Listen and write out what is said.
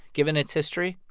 given its history,